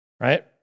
Right